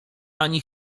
ani